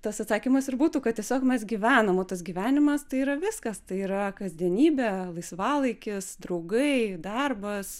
tas atsakymas ir būtų kad tiesiog mes gyvenam o tas gyvenimas tai yra viskas tai yra kasdienybė laisvalaikis draugai darbas